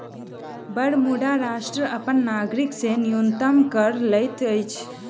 Bermuda राष्ट्र अपन नागरिक से न्यूनतम कर लैत अछि